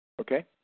Okay